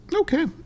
Okay